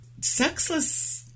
sexless